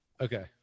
Okay